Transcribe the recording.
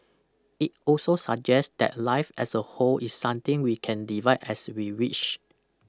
it also suggest that life as a whole is something we can divide as we wish